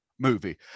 movie